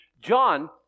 John